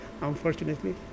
unfortunately